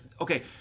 okay